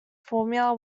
formula